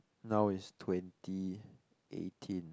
now is twenty eighteen